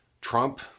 Trump